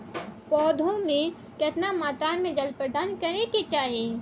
पौधों में केतना मात्रा में जल प्रदान करै के चाही?